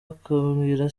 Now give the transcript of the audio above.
akabwira